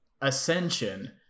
Ascension